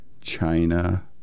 China